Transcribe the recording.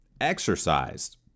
exercised